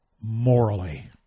morally